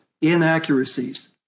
inaccuracies